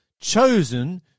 chosen